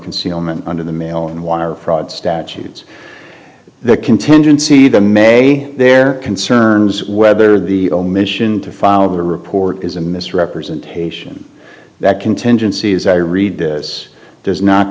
concealment under the mail and wire fraud statutes the contingency the may there concerns whether the omission to file the report is a misrepresentation that contingency as i read this does not